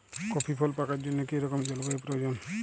Coffee ফল পাকার জন্য কী রকম জলবায়ু প্রয়োজন?